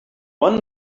one